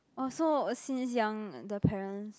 oh so since young the parents